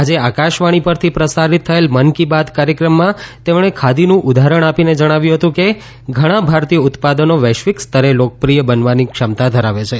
આજે આકાશવાણી પરથી પ્રસારિત થયેલ મન કી બાત કાર્યક્રમમાં તેમણે ખાદીનું ઉદાહરણ આપીને જણાવ્યું હતું કે ઘણા ભારતીય ઉત્પાદનો વૈશ્વિક સ્તરે લોકપ્રિથ બનવાની ક્ષમતા ધરાવે છે